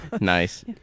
nice